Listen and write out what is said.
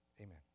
Amen